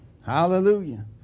Hallelujah